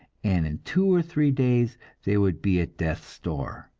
and in two or three days they would be at death's door.